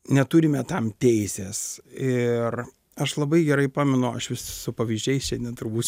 neturime tam teisės ir aš labai gerai pamenu aš vis su pavyzdžiais šiandien turbūt